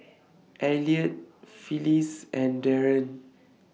Eliot Phyllis and Darien